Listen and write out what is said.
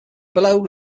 below